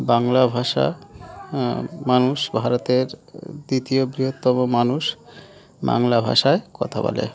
বাংলা ভাষা মানুষ ভারতের দ্বিতীয় বৃহত্তম মানুষ বাংলা ভাষায় কথা বলে